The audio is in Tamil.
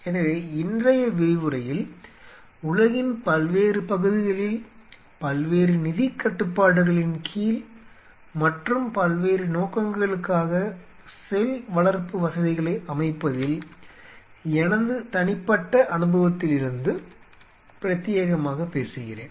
எனவே இன்றைய விரிவுரையில் உலகின் பல்வேறு பகுதிகளில் பல்வேறு நிதிக் கட்டுப்பாடுகளின் கீழ் மற்றும் பல்வேறு நோக்கங்களுக்காக செல் வளர்ப்பு வசதிகளை அமைப்பதில் எனது தனிப்பட்ட அனுபவத்திலிருந்து பிரத்தியேகமாகப் பேசுகிறேன்